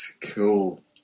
cool